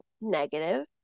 negative